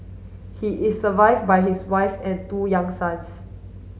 he is survive by his wife and two young sons